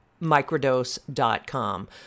microdose.com